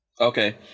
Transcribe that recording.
Okay